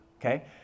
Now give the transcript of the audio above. okay